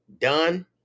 done